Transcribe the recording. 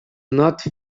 not